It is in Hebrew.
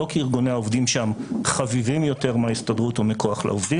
לא כי ארגוני העובדים שם חביבים יותר מההסתדרות או מ"כוח לעובדים",